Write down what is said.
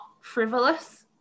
frivolous